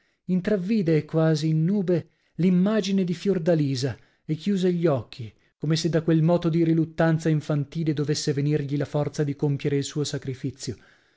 intravvide quasi in nube l'immagine di fiordalisa e chiuse gli occhi come se da quel moto di riluttanza infantile dovesse venirgli la forza di compiere il suo sacrifizio